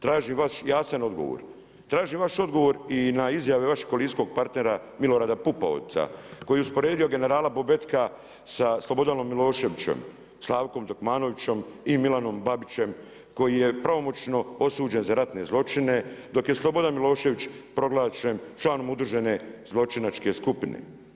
Tražim vaš jasan odgovor, tražim vaš odgovor i na izjave vašeg koalicijskog partnera Milorada Pupovca koji je usporedio generala Bobetka sa Slobodanom Miloševićem, Slavkom Takmanovićem i Milanom Babićem koji je pravomoćno osuđen za ratne zločine, dok je Slobodan Milošević proglašen članom udružene zločinačke skupine.